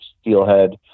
steelhead